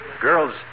Girls